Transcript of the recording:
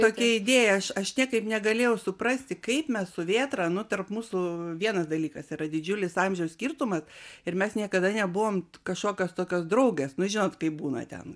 tokia idėja aš aš niekaip negalėjau suprasti kaip mes su vėtra nu tarp mūsų vienas dalykas yra didžiulis amžiaus skirtumas ir mes niekada nebuvom kažkokios tokios draugės nu žinot kaip būna ten